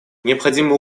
необходимо